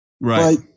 right